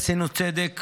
עשינו צדק